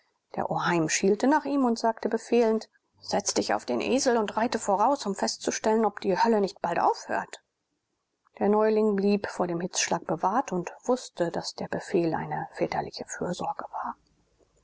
der oheim schielte nach ihm und sagte befehlend setz dich auf den esel und reite voraus um festzustellen ob die hölle nicht bald aufhört der neuling blieb vor dem hitzschlag bewahrt und wußte daß der befehl eine väterliche fürsorge war